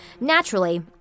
Naturally